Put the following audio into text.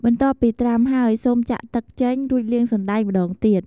បន្ទាប់ពីត្រាំហើយ សូមចាក់ទឹកចេញ រួចលាងសណ្ដែកម្ដងទៀត។